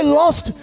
lost